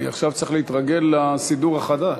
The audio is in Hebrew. אני עכשיו צריך להתרגל לסידור החדש.